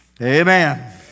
Amen